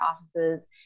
offices